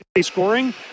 scoring